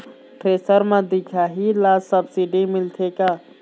Thresher म दिखाही ला सब्सिडी मिलथे का?